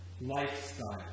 lifestyle